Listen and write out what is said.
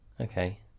okay